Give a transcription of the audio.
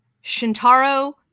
Shintaro